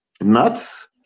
nuts